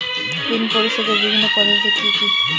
ঋণ পরিশোধের বিভিন্ন পদ্ধতি কি কি?